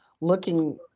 looking